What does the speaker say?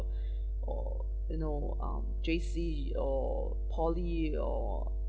or you know um J_C or poly or